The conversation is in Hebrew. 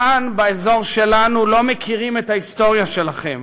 כאן באזור שלנו לא מכירים את ההיסטוריה שלכם,